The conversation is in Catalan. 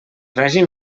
règim